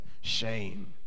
shame